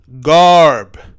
Garb